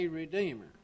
Redeemer